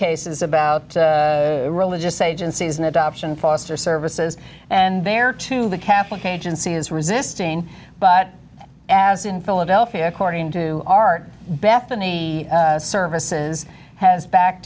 cases about religious agencies and adoption foster services and there too the catholic agency is resisting but as in philadelphia according to art bethany services has back